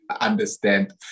understand